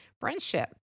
friendship